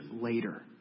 later